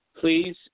Please